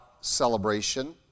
celebration